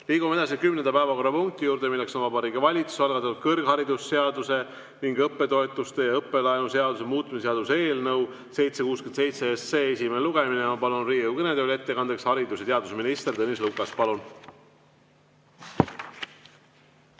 Liigume kümnenda päevakorrapunkti juurde, milleks on Vabariigi Valitsuse algatatud kõrgharidusseaduse ning õppetoetuste ja õppelaenu seaduse muutmise seaduse eelnõu 767 esimene lugemine. Ma palun Riigikogu kõnetooli ettekandeks haridus- ja teadusminister Tõnis Lukase. Palun!